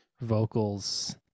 vocals